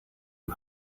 you